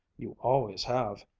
you always have.